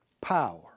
power